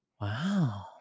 wow